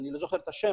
אני לא זוכר את השם,